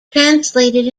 translated